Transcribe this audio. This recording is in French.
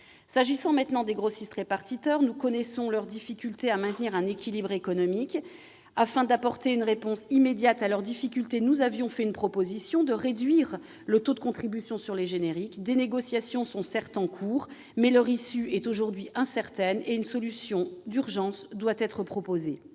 S'agissant des grossistes-répartiteurs, nous connaissons leurs difficultés à maintenir un équilibre économique. Afin d'apporter une réponse immédiate à leurs difficultés, nous avions proposé la réduction du taux de contribution sur les génériques. Des négociations sont certes en cours, mais leur issue est incertaine et une solution d'urgence doit leur être proposée.